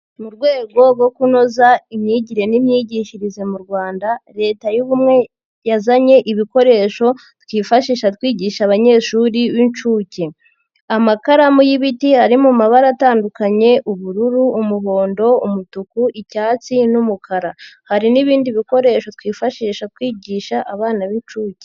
Mu rwego rwo kunoza imyigire n'imyigishirize mu Rwanda Leta y'ubumwe yazanye ibikoresho twifashisha twigisha abanyeshuri b'inshuke, amakaramu y'ibiti ari mu mabara atandukanye: ubururu, umuhondo, umutuku, icyatsi n'umukara, hari n'ibindi bikoresho twifashisha kwigisha abana b'inshuke.